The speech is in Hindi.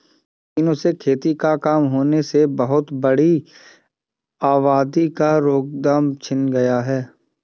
मशीनों से खेती का काम होने से बहुत बड़ी आबादी का रोजगार छिन गया है